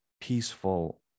peaceful